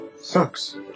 sucks